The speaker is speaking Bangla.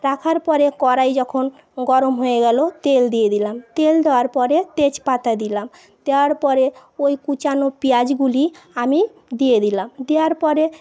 রাখার পরে কড়াই যখন গরম হয়ে গেল তেল দিয়ে দিলাম তেল দেওয়ার পরে তেজপাতা দিলাম দেওয়ার পরে ওই কুচানো পেঁয়াজগুলি আমি দিয়ে দিলাম দেওয়ার পরে